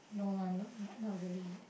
no lah not not really